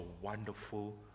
wonderful